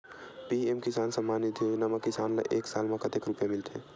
PM किसान सम्मान निधी योजना म किसान ल एक साल म कतेक रुपिया मिलथे?